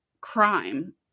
crime